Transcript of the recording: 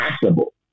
possible